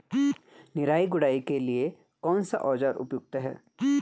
निराई गुड़ाई के लिए कौन सा औज़ार उपयुक्त है?